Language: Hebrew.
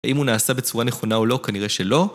ואם הוא נעשה בצורה נכונה או לא, כנראה שלא.